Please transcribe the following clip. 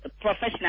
professional